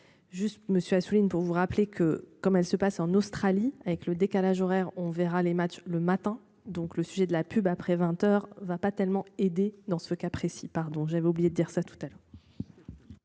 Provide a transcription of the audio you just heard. Juste monsieur Assouline pour vous rappeler que comme elles se passent en Australie avec le décalage horaire on verra les matchs le matin donc le sujet de la pub après 20h. On ne va pas tellement aidé dans ce cas précis pardon j'avais oublié de dire sa tutelle.